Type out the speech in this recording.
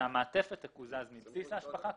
המעטפת תקוזז מבסיס ההשבחה,